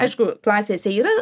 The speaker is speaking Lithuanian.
aišku klasėse yra